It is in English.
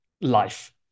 life